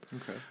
Okay